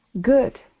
good